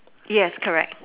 yes correct